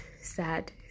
sad